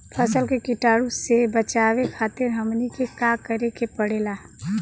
फसल के कीटाणु से बचावे खातिर हमनी के का करे के पड़ेला?